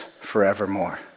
forevermore